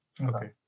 okay